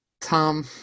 Tom